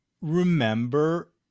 remember